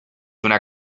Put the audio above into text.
una